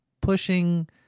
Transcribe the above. pushing